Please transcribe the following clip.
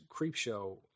Creepshow